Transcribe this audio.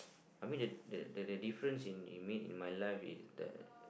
I mean the the the difference in he make in my life is that